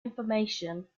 information